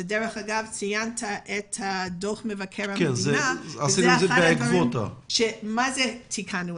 ציינת את דוח מבקר המדינה, וזה אחד הדברים שתיקנו.